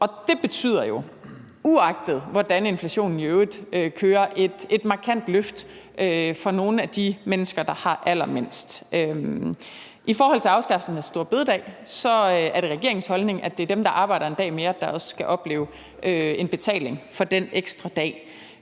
år. Det betyder jo, uagtet hvordan inflationen i øvrigt kører, et markant løft for nogle af de mennesker, der har allermindst. I forhold til afskaffelsen af store bededag er det regeringens holdning, at det er dem, der arbejder en dag mere, der også skal opleve en betaling for den ekstra dag.